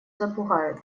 запугают